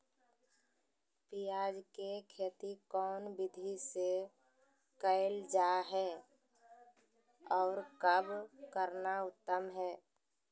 प्याज के खेती कौन विधि से कैल जा है, और कब करना उत्तम है?